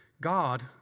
God